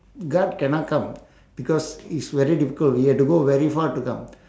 guard cannot come because it's very difficult he had to go very far to come